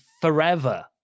forever